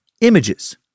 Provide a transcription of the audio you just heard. images